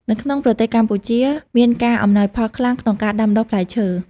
នៅក្នុងប្រទេសកម្ពុជាមានការ អំណោយផលខ្លាំង ក្នុងការដាំដុះផ្លែឈើ។